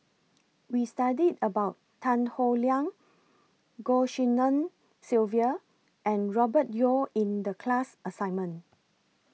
We studied about Tan Howe Liang Goh Tshin En Sylvia and Robert Yeo in The class assignment